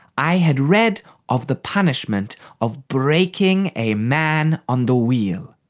i had read of the punishment of breaking a man on the wheel.